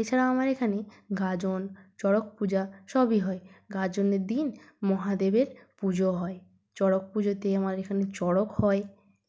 এছাড়াও আমার এখানে গাজন চড়ক পূজা সবই হয় গাজনের দিন মহাদেবের পুজো হয় চড়ক পুজোতে আমার এখানে চড়ক হয়